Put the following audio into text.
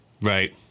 Right